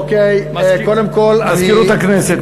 מזכירות הכנסת,